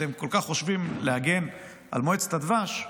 אתם כל כך חושבים להגן על מועצת הדבש,